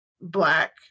Black